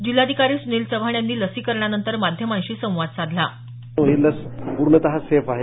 जिल्हाधिकारी सुनिल चव्हाण यांनी लसीकरणानंतर माध्यमांशी संवाद साधला कोविड लस पूर्णतः सेफ आहे